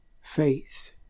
faith